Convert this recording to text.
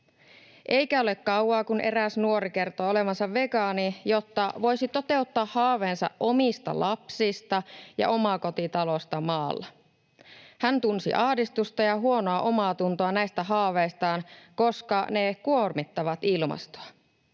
Eikä ole kauan, kun eräs nuori kertoi olevansa vegaani, jotta voisi toteuttaa haaveensa omista lapsista ja omakotitalosta maalla. Hän tunsi ahdistusta ja huonoa omaatuntoa näistä haaveistaan, koska ne kuormittavat ilmastoa.